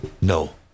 No